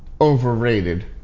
overrated